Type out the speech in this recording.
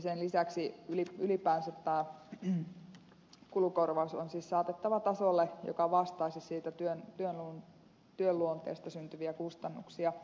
sen lisäksi ylipäänsä tämä kulukorvaus on siis saatettava tasolle joka vastaisi siitä työn luonteesta syntyviä kustannuksia